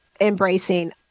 embracing